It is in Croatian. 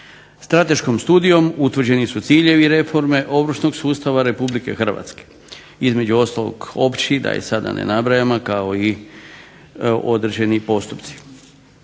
Strateškom studijom utvrđeni su ciljevi reforme ovršnog sustava RH. Između ostalog opći, da ih sada ne nabrajam, a kao i određeni postupci.